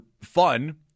fun